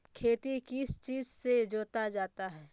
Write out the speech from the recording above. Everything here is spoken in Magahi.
खेती किस चीज से जोता जाता है?